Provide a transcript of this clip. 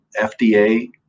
FDA